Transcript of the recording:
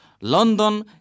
London